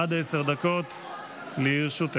עד עשר דקות לרשותך.